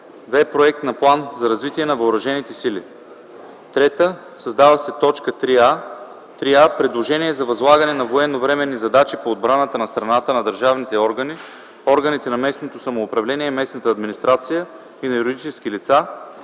„2. проект на план за развитие на въоръжените сили;”. 3. Създава се т. 3а: „3а. предложение за възлагане на военновременни задачи по отбраната на страната на държавните органи, органите на местното самоуправление и местната администрацията и на юридически лица;